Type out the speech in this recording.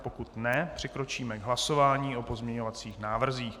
Pokud ne, přikročíme k hlasování o pozměňovacích návrzích.